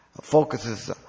focuses